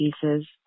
pieces